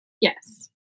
Yes